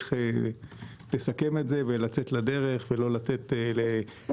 צריך לסכם את זה ולצאת לדרך ולא לתת לכל